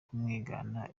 kumwigana